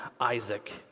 Isaac